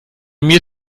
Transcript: mir